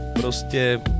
prostě